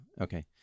Okay